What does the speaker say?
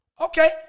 Okay